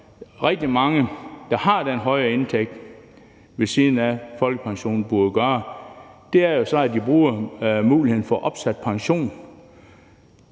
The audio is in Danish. rigtig mange af dem, der har den høje indtægt ved siden af folkepensionen, burde gøre, at man bruger muligheden for opsat pension.